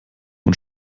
und